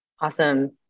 Awesome